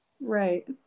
Right